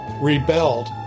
rebelled